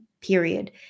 Period